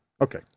Okay